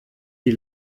die